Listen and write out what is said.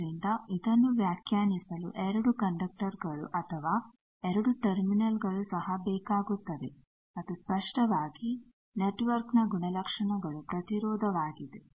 ಆದ್ದರಿಂದ ಇದನ್ನು ವ್ಯಾಖ್ಯಾನಿಸಲು 2 ಕಂಡಕ್ಟರ್ ಗಳು ಅಥವಾ 2 ಟರ್ಮಿನಲ್ಗಳು ಸಹ ಬೇಕಾಗುತ್ತವೆ ಮತ್ತು ಸ್ಪಷ್ಟವಾಗಿ ನೆಟ್ವರ್ಕ್ನ ಗುಣಲಕ್ಷಣಗಳು ಪ್ರತಿರೋಧವಾಗಿದೆ